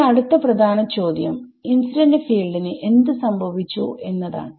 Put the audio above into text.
ഇനി അടുത്ത പ്രധാന ചോദ്യം ഇൻസിഡന്റ് ഫീൽഡ് ന് എന്ത് സംഭവിച്ചു എന്നതാണ്